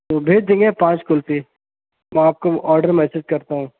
تو بھیج دیں گے پانچ کلفی میں آپ کو آڈر میسج کرتا ہوں